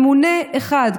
ממונה אחד,